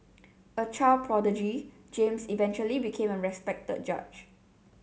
a child prodigy James eventually became a respected judge